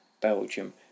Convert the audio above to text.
Belgium